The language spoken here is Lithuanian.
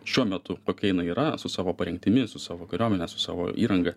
šiuo metu kokia jinai yra su savo parengtimis su savo kariuomene su savo įranga